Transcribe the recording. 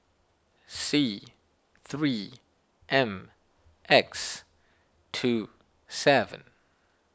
C three M X two seven